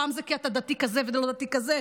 פעם זה קטע דתי ולא דתי כזה,